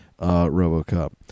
Robocop